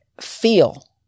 feel